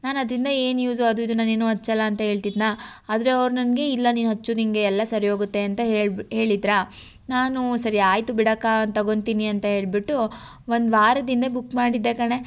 ನಾನು ಅದರಿಂದ ಏನು ಯೂಸ್ ಅದು ಇದು ನಾನು ಏನು ಹಚ್ಚಲ್ಲ ಅಂತ ಹೇಳ್ತಿದ್ನಾ ಆದರೆ ಅವ್ರು ನನಗೆ ಇಲ್ಲ ನೀನು ಹಚ್ಚು ನಿನಗೆ ಎಲ್ಲ ಸರಿ ಹೋಗುತ್ತೆ ಅಂತ ಹೇಳ್ಬಿ ಹೇಳಿದ್ರಾ ನಾನು ಸರಿ ಆಯಿತು ಬಿಡಕ್ಕ ತಗೊಂತೀನಿ ಅಂತ ಹೇಳ್ಬಿಟ್ಟು ಒಂದು ವಾರದ ಹಿಂದೆ ಬುಕ್ ಮಾಡಿದ್ದೆ ಕಣೇ